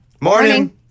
morning